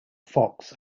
fox